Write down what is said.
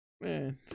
Man